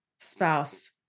spouse